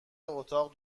اتاق